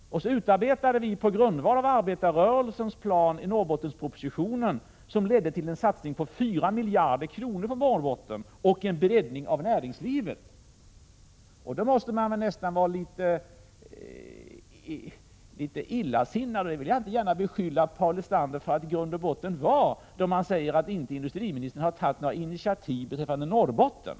Så utarbetade vi på grundval av arbetarrörelsens plan Norrbottenpropositionen, som ledde till en satsning på Norrbotten med 4 miljarder kronor och en breddning av näringslivet. Då måste man nästan vara litet illasinnad — och det vill jag inte beskylla Paul Lestander för att i grund och botten vara — då man säger att industriministern inte har tagit några initiativ beträffande Norrbotten.